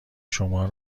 شما